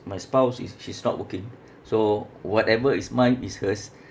my spouse is she's not working so whatever is mine is hers